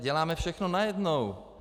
Děláme všechno najednou.